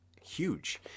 huge